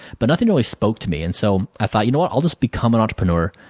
but, nothing really spoke to me and so i thought, you know i will just become and entrepreneur.